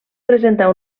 presentar